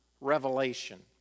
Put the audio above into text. revelation